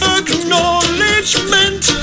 acknowledgement